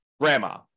grandma